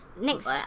Next